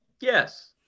Yes